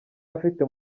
afite